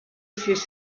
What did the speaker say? sis